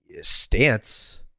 stance